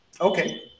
Okay